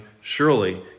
surely